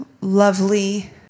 lovely